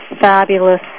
fabulous